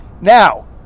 Now